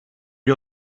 gli